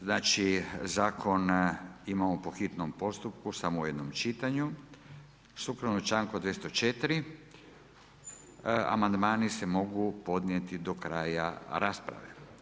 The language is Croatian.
Znači zakon imamo po hitnom postupku u samo jednom čitanju, sukladno članku 204. amandmani se mogu podnijeti do kraja rasprave.